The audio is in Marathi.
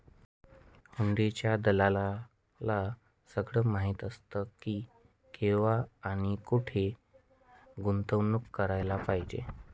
हुंडीच्या दलालाला सगळं माहीत असतं की, केव्हा आणि कुठे गुंतवणूक करायला पाहिजे